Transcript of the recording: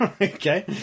Okay